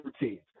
routines